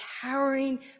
towering